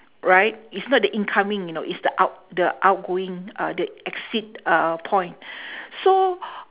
right it's not the incoming you know it's the out the outgoing uh the exit uh point so